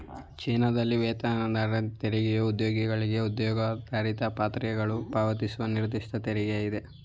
ಚೀನಾದಲ್ಲಿ ವೇತನದಾರರ ತೆರಿಗೆಯು ಉದ್ಯೋಗಿಗಳಿಂದಲ್ಲ ಉದ್ಯೋಗದಾತರಿಂದ ಪ್ರಾಂತ್ಯಗಳು ಪಾವತಿಸುವ ನಿರ್ದಿಷ್ಟ ತೆರಿಗೆಯಾಗಿದೆ